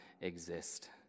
exist